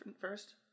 first